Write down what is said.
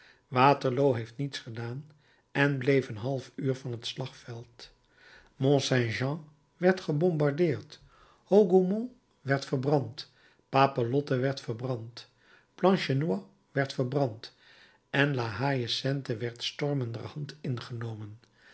waterloo heeft niets gedaan en bleef een half uur van t slagveld mont saint jean werd gebombardeerd hougomont werd verbrand papelotte werd verbrand plancenoit werd verbrand la haie sainte werd stormenderhand ingenomen